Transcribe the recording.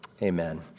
Amen